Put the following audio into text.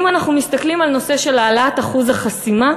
אם אנחנו מסתכלים על הנושא של העלאת אחוז החסימה,